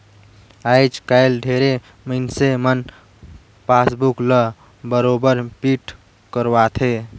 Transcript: आयज कायल ढेरे मइनसे मन पासबुक ल बरोबर पिंट करवाथे